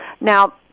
Now